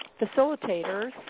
facilitators